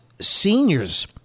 seniors